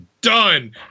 done